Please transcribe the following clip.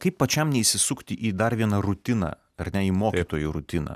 kaip pačiam neįsisukti į dar vieną rutiną ar ne į mokytojo rutiną